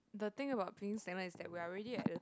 the thing about being stagnant is that we're already at a